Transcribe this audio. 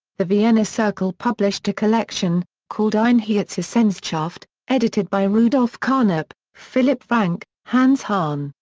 the vienna circle published a collection, called einheitswissenschaft, edited by rudolf carnap, philipp frank, hans hahn,